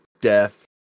death